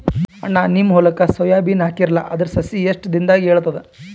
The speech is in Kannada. ಅಣ್ಣಾ, ನಿಮ್ಮ ಹೊಲಕ್ಕ ಸೋಯ ಬೀನ ಹಾಕೀರಲಾ, ಅದರ ಸಸಿ ಎಷ್ಟ ದಿಂದಾಗ ಏಳತದ?